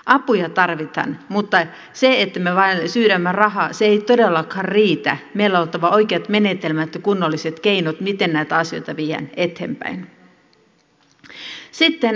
apuja tarvitaan mutta se että me vain syydämme rahaa ei todellakaan riitä meillä on oltava oikeat menetelmät ja kunnolliset keinot miten näitä asioita viedään eteenpäin